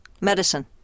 medicine